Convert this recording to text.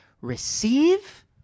receive